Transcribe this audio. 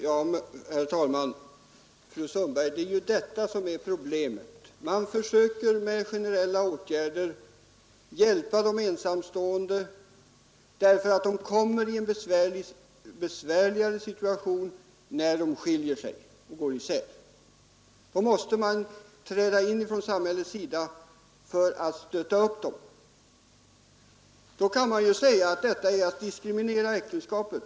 Herr talman! Det är ju detta som är problemet, fru Sundberg. Man försöker med generella åtgärder hjälpa de ensamstående, därför att de kommer i en besvärlig situation när de skiljer sig. Då måste samhället träda in för att stötta upp dem. Man kan ju säga att detta är att diskriminera äktenskapet.